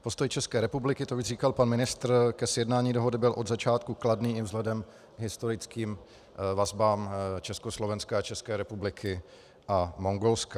Postoj České republiky, jak už říkal pan ministr, ke sjednání dohody byl od začátku kladný i vzhledem k historickým vazbám Československa, České republiky a Mongolska.